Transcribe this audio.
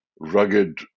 rugged